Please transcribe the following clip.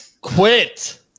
Quit